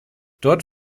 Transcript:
dort